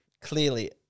clearly